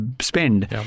spend